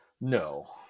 No